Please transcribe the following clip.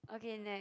okay next